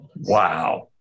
Wow